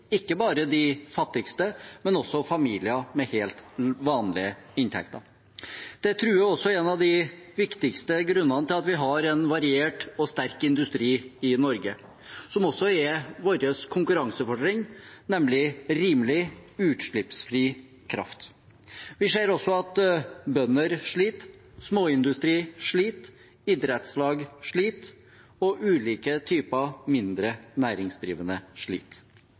ikke bare de fattigste, men også familier med helt vanlige inntekter. Det truer også en av de viktigste grunnene til at vi har en variert og sterk industri i Norge, som også er vårt konkurransefortrinn, nemlig rimelig, utslippsfri kraft. Vi ser også at bønder sliter, småindustri sliter, idrettslag sliter, og ulike typer mindre næringsdrivende